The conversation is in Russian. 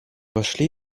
вошли